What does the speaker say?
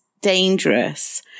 dangerous